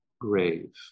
grave